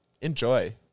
enjoy